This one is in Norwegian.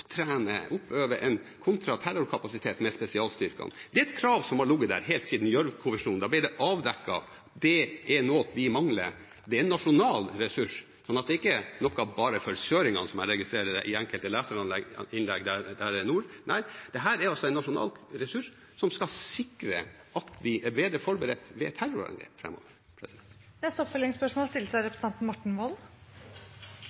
en kontraterrorkapasitet med spesialstyrkene. Det er et krav som har ligget der helt siden Gjørv-kommisjonen. Da ble det avdekket at det er noe vi mangler. Det er en nasjonal ressurs. Så dette er ikke noe «bare for søringan», som jeg registrerer i enkelte leserinnlegg i nord. Nei, dette er en nasjonal ressurs som skal sikre at vi er bedre forberedt ved terrorangrep framover. Morten Wold – til oppfølgingsspørsmål.